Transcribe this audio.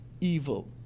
evil